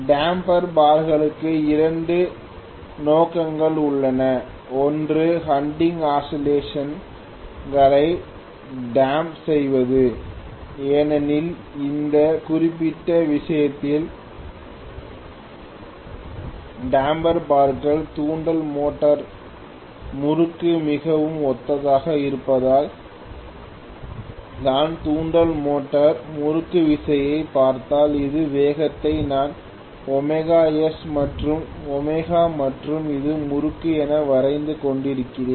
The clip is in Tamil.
டம்பர் பார்களுக்கு இரண்டு நோக்கங்கள் உள்ளன ஒன்று ஹண்டிங் ஆசிலேசன் களை டாம்ப் செய்வது ஏனெனில் இந்த குறிப்பிட்ட விஷயத்தில் டம்பர் பார்கள் தூண்டல் மோட்டார் முறுக்குக்கு மிகவும் ஒத்ததாக இருப்பதால் நான் தூண்டல் மோட்டார் முறுக்குவிசையைப் பார்த்தால் இந்த வேகத்தை நான் ωs மற்றும் ω மற்றும் இது முறுக்கு என வரைந்து கொண்டிருக்கிறேன்